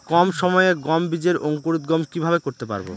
কম সময়ে গম বীজের অঙ্কুরোদগম কিভাবে করতে পারব?